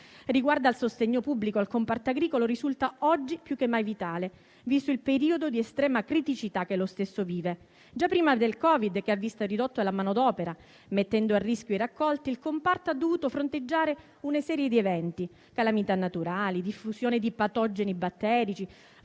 Riguardo al sostegno pubblico e al comparto agricolo ciò risulta oggi più che mai vitale, visto il periodo di estrema criticità che lo stesso vive. Già prima del Covid, che ha visto la riduzione della manodopera, mettendo a rischio i raccolti, il comparto ha dovuto fronteggiare una serie di eventi: calamità naturali, diffusione di patogeni batterici,